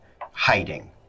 hiding